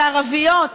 זה ערביות.